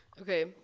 Okay